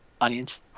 Onions